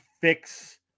fix